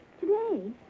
Today